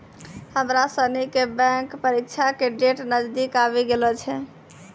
हमरा सनी के बैंक परीक्षा के डेट नजदीक आवी गेलो छै